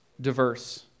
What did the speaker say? diverse